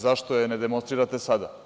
Zašto je ne demonstrirate sada?